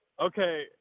Okay